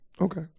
Okay